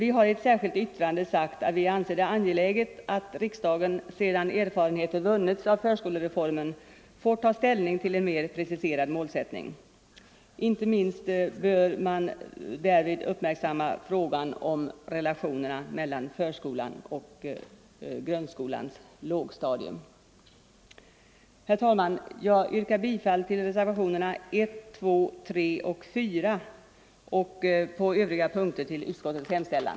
I ett särskilt yttrande framhåller vi att vi anser det angeläget att riksdagen sedan erfarenheter vunnits av förskolereformen får ta ställning till en mer preciserad målsättning. Inte minst bör man därvid uppmärksamma frågan om relationerna mellan förskolan och grundskolans lågstadium. Herr talman! Jag yrkar bifall till reservationerna 1, 2, 3 och 4 samt på övriga punkter till utskottets hemställan.